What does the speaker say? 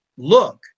look